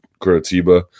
Curitiba